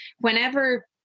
whenever